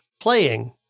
playing